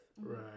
Right